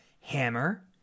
hammer